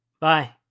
Bye